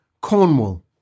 Cornwall